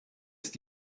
ist